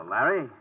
Larry